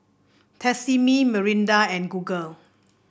Tresemme Mirinda and Google